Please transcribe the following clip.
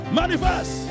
manifest